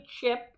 chip